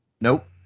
Nope